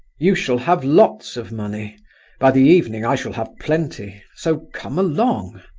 you shall have lots of money by the evening i shall have plenty so come along!